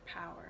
power